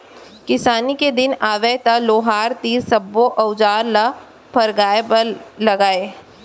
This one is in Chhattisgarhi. किसानी के दिन आवय त लोहार तीर सब्बो अउजार ल फरगाय बर लागय